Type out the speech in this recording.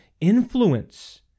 influence